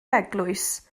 eglwys